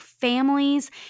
Families